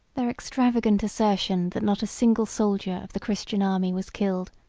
their extravagant assertion that not a single soldier of the christian army was killed,